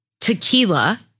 tequila